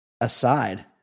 aside